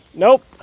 nope!